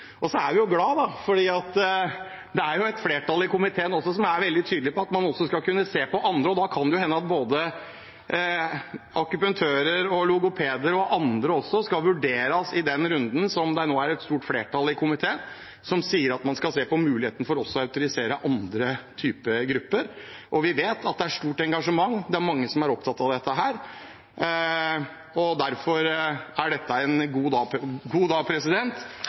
Vi er glad for at det er et flertall i komiteen som er veldig tydelig på at man også skal kunne vurdere andre, og da kan det jo hende at både akupunktører, logopeder og andre skal vurderes i den runden. Det er et stort flertall i komiteen som sier at man skal se på muligheten for også å autorisere andre grupper. Vi vet at det er stort engasjement, det er mange som er opptatt av dette, og derfor er dette en god dag. Bløtkaka skulle vi som sagt gjerne tatt i dag.